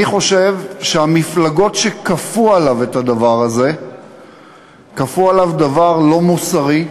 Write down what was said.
אני חושב שהמפלגות שכפו עליו את הדבר הזה כפו עליו דבר לא מוסרי,